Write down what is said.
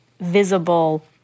visible